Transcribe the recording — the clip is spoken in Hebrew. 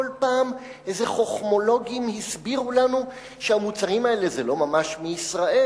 כל פעם איזה חוכמולוגים הסבירו לנו שהמוצרים האלה זה לא ממש מישראל,